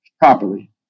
properly